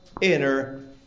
inner